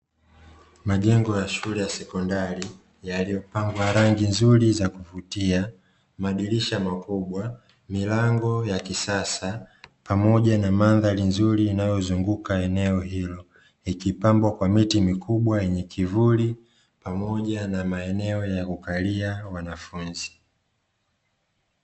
Majengo ya shule ya sekondari yaliyopakwa rangi nzuri za kuvutia, madirisha makubwa, milango ya kisasa pamoja na mandhari nzuri inayozunguka eneo hilo, ikipambwa kwa miti mikubwa yenye kivuli pamoja na maeneo ya kukalia wanafunzi.